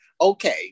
okay